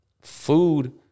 food